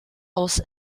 aus